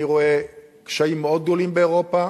אני רואה קשיים מאוד גדולים באירופה,